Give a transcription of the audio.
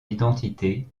identité